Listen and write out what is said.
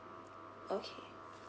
okay